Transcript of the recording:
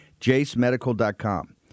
JaceMedical.com